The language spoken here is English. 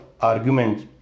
arguments